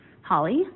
Holly